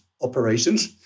operations